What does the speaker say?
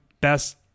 best